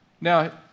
Now